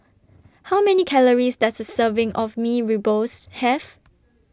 How Many Calories Does A Serving of Mee Rebus Have